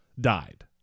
died